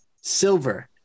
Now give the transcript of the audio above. silver